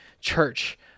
church